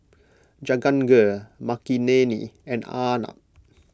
Jahangir Makineni and Arnab